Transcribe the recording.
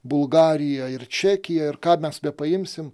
bulgarija ir čekija ir ką mes paimsim